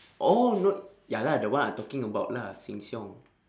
oh no ya lah the one I talking about lah sheng-siong